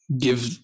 give